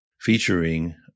featuring